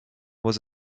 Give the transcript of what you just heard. was